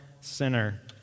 sinner